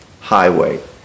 highway